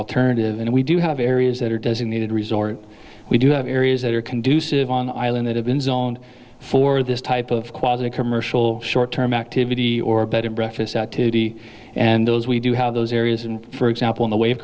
alternative and we do have areas that are designated resort we do have areas that are conducive on the island that have been zoned for this type of quality commercial short term activity or better breakfast today and those we do have those areas and for example in the wa